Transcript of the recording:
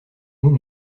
nous